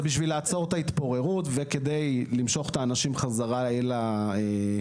זה בשביל לעצור את ההתפוררות וכדי למשוך את האנשים חזרה אל המקצוע.